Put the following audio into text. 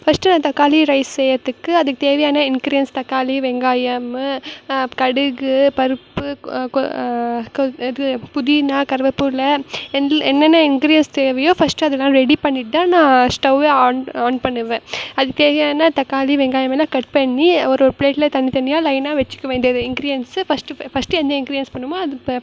first நான் தக்காளி rice செய்யறத்துக்கு அதுக்குத் தேவையான இன்கிரியன்ஸ் தக்காளி வெங்காயம் கடுகு பருப்பு கொ இது புதினா கருவேப்புல்லை என்னென்ன இன்கிரியன்ஸ் தேவையோ ஃபஸ்ட்டு அதெலாம் ரெடி பண்ணிவிட்டு தான் நான் ஸ்டவ்வே ஆன் ஆன் பண்ணுவேன் அதுக்குத் தேவையான தக்காளி வெங்காயமெல்லாம் கட் பண்ணி ஒரு ஒரு ப்ளேட்டில் தனித்தனியாக லைனாக வச்சுக்க வேண்டியது இன்கிரியன்ஸு ஃபஸ்ட்டு ஃப ஃபஸ்ட்டு என்ன இன்கிரியன்ஸ் பண்ணணுமோ அது ப